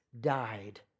died